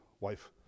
wife